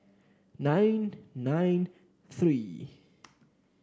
nine nine three